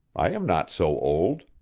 i am not so old.